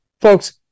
folks